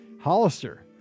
Hollister